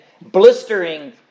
blistering